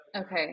Okay